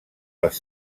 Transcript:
les